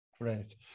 Great